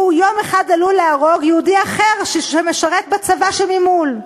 הוא יום אחד עלול להרוג יהודי אחר שמשרת בצבא שממול.